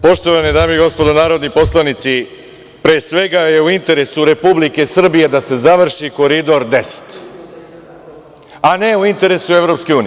Poštovane dame i gospodo narodni poslanici, pre svega je u interesu Republike Srbije da se završi Koridor 10, a ne u interesu EU.